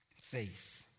Faith